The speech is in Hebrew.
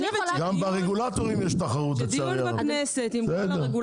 אני חושבת שיש ליזום דיון בכנסת עם כל הרגולטורים.